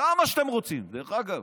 כמה שאתם רוצים, דרך אגב.